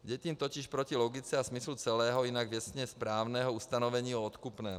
Jde tím totiž proti logice a smyslu celého, jinak věcně správného ustanovení o odkupném.